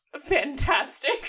fantastic